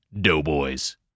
Doughboys